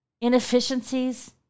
inefficiencies